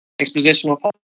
expositional